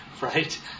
right